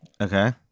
Okay